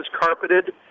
carpeted